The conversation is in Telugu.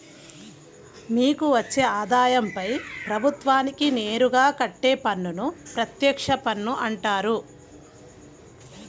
మీకు వచ్చే ఆదాయంపై ప్రభుత్వానికి నేరుగా కట్టే పన్నును ప్రత్యక్ష పన్ను అంటారు